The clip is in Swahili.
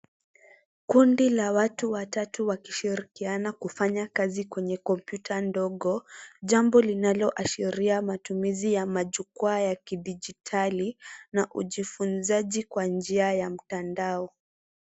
Kundi la watu wa tatu wakishirikiana kufanya kazi kwenye kompyuta ndogo, jambo linaloashiria matumizi ya majukwaa ya kidijitali na ujifunzaji kwa njia ya mtandao.